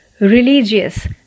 religious